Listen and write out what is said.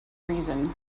reason